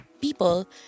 people